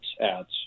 ads